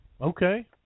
Okay